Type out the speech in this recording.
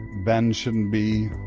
ben shouldn't be